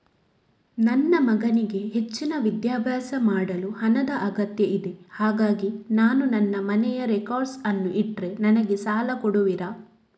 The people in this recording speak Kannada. ನನ್ನ ಮಗನಿಗೆ ಹೆಚ್ಚಿನ ವಿದ್ಯಾಭ್ಯಾಸ ಮಾಡಲು ಹಣದ ಅಗತ್ಯ ಇದೆ ಹಾಗಾಗಿ ನಾನು ನನ್ನ ಮನೆಯ ರೆಕಾರ್ಡ್ಸ್ ಅನ್ನು ಇಟ್ರೆ ನನಗೆ ಸಾಲ ಕೊಡುವಿರಾ?